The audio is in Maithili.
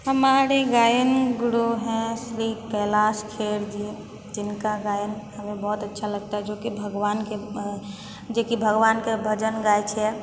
हमारे गायन गुरु हैं श्री कैलाश खेरजी जिनका गायन हमें बहुत अच्छा लगता है जो कि भगवानके जेकि भगवानके भजन गाबै छै